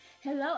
Hello